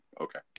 okay